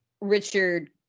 richard